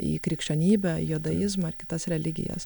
į krikščionybę jodaizmą ar kitas religijas